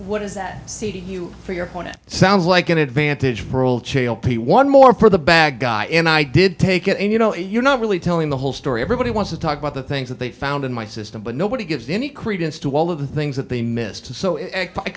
what does that say to you for your point it sounds like an advantage for all change p one more for the bad guy and i did take it and you know you're not really telling the whole story everybody wants to talk about the things that they found in my system but nobody gives any credence to all of the things that they missed so i